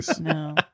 No